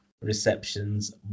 receptions